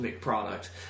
product